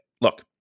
Look